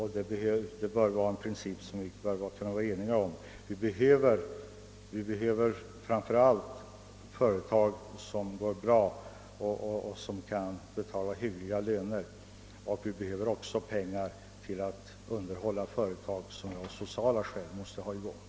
Det är en princip som vi bör kunna vara eniga om. Vi behöver framför allt företag som går bra och som kan betala hyggliga löner, och vi behöver också pengar till att underhålla företag som av sociala skäl måste hållas i gång.